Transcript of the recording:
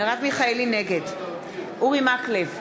נגד אורי מקלב,